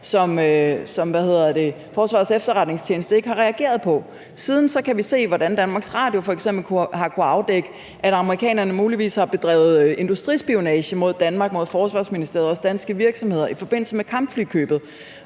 som Forsvarets Efterretningstjeneste ikke har reageret på. Siden kan vi se, hvordan Danmarks Radio f.eks. har kunnet afdække, at amerikanerne muligvis har bedrevet industrispionage mod Danmark, mod Forsvarsministeriet og også mod danske virksomheder, i forbindelse med kampflykøbet.